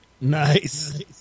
Nice